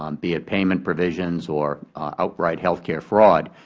um be it payment provisions or outright health care fraud,